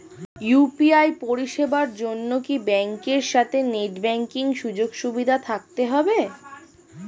UPI পরিষেবার জন্য কি ব্যাংকের সাথে নেট ব্যাঙ্কিং সুযোগ সুবিধা থাকতে হবে?